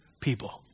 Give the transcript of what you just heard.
people